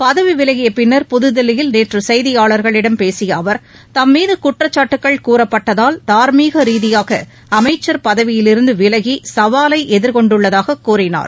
பதவி விலகிய பின்னர் புதுதில்லியில் நேற்று செய்தியாளர்களிடம் பேசிய அவர் தம்மீது குற்றச்சாட்டுகள் கூறப்பட்டதால் தார்மீக ரீதியாக அமைச்சர் பதவியிலிருந்து விலகி சவாலை எதிர்கொண்டுள்ளதாக கூறினார்